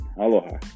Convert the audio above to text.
aloha